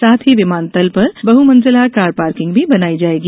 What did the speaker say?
साथ ही विमानतल पर बहमंजिला कार पार्किंग भी बनाई जाएगी